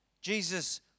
Jesus